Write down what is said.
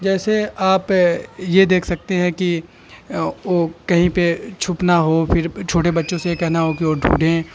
جیسے آپ یہ دیکھ سکتے ہیں کہ وہ کہیں پہ چھپنا ہو پھر چھوٹے بچوں سے یہ کہنا ہو کہ وہ ڈھونڈیں